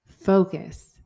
Focus